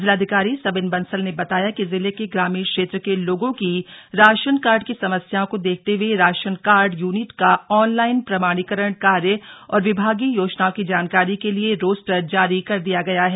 जिलाधिकारी सविन बंसल ने बताया कि जिले के ग्रामीण क्षेत्र के लोगों की राशन कार्ड की समस्याओं को देखते हए राशन कार्ड यूनिटों का ऑनलाइन प्रमाणीकरण कार्य और विभागीय योजनाओं की जानकारी के लिए रोस्टर जारी कर दिया गया है